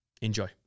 Enjoy